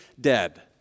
dead